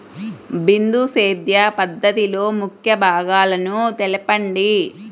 బిందు సేద్య పద్ధతిలో ముఖ్య భాగాలను తెలుపండి?